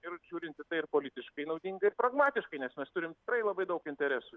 ir žiūrint į tai ir politiškai naudinga ir pragmatiškai nes mes turim tikrai labai daug interesų